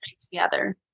together